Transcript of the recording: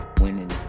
Winning